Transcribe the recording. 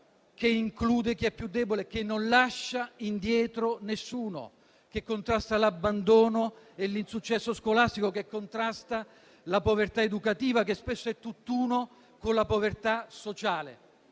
che include chi è più debole, che non lascia indietro nessuno, che contrasta l'abbandono e l'insuccesso scolastico, che contrasta la povertà educativa, che spesso è tutt'uno con la povertà sociale.